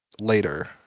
later